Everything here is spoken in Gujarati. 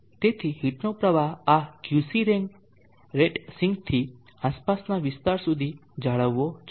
તેથી હીટનો પ્રવાહનો આ QC રેટ સિંકથી આસપાસના વિસ્તાર સુધી જાળવવો જોઈએ